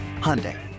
Hyundai